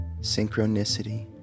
synchronicity